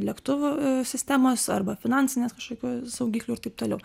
lėktuvų sistemos arba finansinės kažkokių saugiklių ir taip toliau